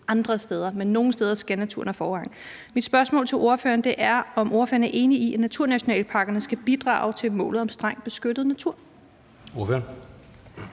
andre steder. Men nogle steder skal naturen have forrang. Mit spørgsmål til ordføreren er, om ordføreren er enig i, at naturnationalparkerne skal bidrage til målet om strengt beskyttet natur. Kl.